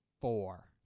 four